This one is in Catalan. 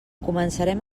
començarem